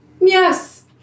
Yes